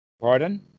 Pardon